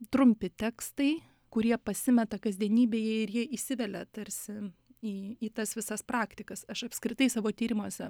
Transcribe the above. trumpi tekstai kurie pasimeta kasdienybėje ir jie įsivelia tarsi į į tas visas praktikas aš apskritai savo tyrimuose